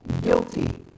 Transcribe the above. guilty